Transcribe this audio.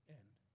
end